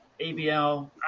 ABL